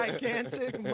gigantic